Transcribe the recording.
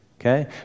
Okay